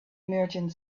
merchant